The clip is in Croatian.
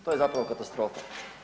To je zapravo katastrofa.